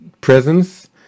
presence